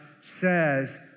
says